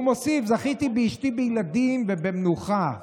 והוא מוסיף: "זכיתי באשתי, בילדים ובמנוחה".